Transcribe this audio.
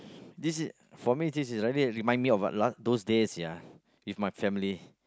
this for me this is likely a remind me of what those days ya with my family